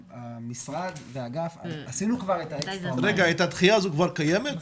המשרד והאגף עשינו כבר אקסטרה --- הדחייה הזו כבר קיימת?